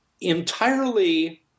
entirely